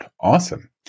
Awesome